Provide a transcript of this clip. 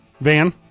Van